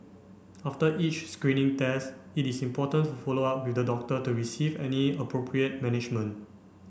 after each screening test it is important to follow up with the doctor to receive any appropriate management